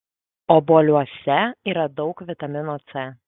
obuoliuose yra daug vitamino c